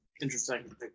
Interesting